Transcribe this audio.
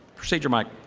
procedure mic.